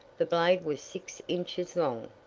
the blade was six inches long.